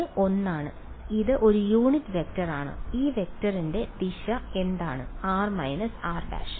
അത് ഒന്നാണ് ഇത് ഒരു യൂണിറ്റ് വെക്റ്റർ ആണ് ഈ വെക്റ്ററിന്റെ ദിശ എന്താണ് r − r′